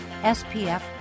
SPF